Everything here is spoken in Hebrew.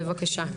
בבקשה.